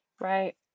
right